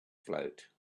float